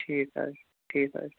ٹھیٖک حظ ٹھیٖک حظ چھُ